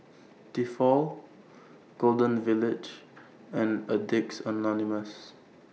Tefal Golden Village and Addicts Anonymous